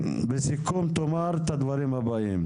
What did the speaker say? בסיכום, הוועדה תאמר את הדברים הבאים.